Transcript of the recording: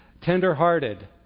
tender-hearted